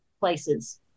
places